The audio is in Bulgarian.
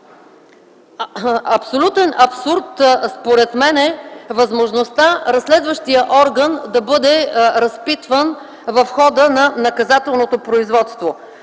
опасно. Абсурд според мен е възможността разследващият орган да бъде разпитван в хода на наказателното производство.